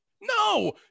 No